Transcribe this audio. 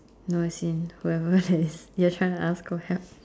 no as in whoever that is just trying to ask for help